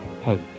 hope